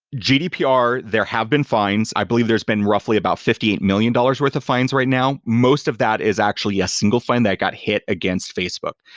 gdpr, there have been fines. i believe there's been roughly about fifty eight million dollars worth of fines right now. most of that is actually a single fine that got hit against facebook.